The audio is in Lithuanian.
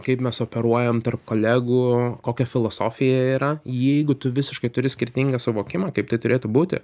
kaip mes operuojam tarp kolegų kokia filosofija yra jeigu tu visiškai turi skirtingą suvokimą kaip tai turėtų būti